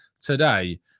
today